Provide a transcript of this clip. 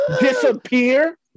disappear